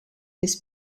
this